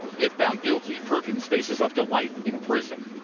if found guilty perkins faces up to life in prison.